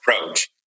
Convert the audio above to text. approach